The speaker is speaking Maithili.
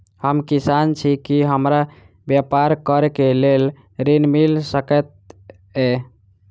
हम किसान छी की हमरा ब्यपार करऽ केँ लेल ऋण मिल सकैत ये?